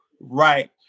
right